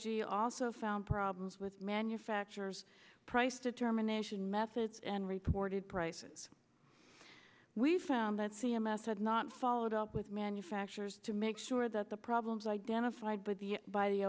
g also found problems with manufacturers price determination methods and reported prices we found that c m s had not followed up with manufacturers to make sure that the problems identified by the b